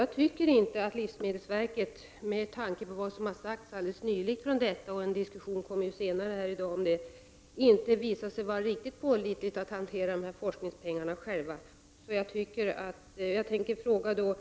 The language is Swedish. Jag tycker inte att livsmedelsverket med tanke på vad som har sagts helt nyligen från detta — en diskussion kommer senare här i dag om det — visar sig vara riktigt pålitligt när det gäller att hantera forskningspengarna. Är statsrådet beredd att bidra till att Sverige deltar i det här?